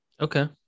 Okay